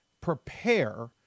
prepare